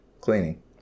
Cleaning